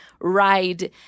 ride